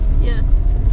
Yes